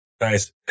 Nice